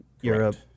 Europe